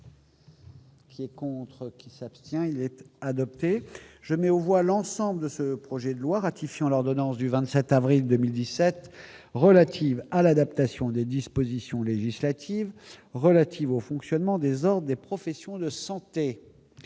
qui est pour. Contre qui s'abstient, il était adopté, je mets au voix l'ensemble de ce projet de loi ratifiant l'ordonnance du 27 avril 2017 relative à l'adaptation des dispositions législatives relatives au fonctionnement des hors des professions. Santé